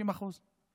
30%;